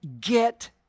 get